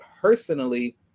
personally